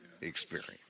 experience